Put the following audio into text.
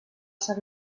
sant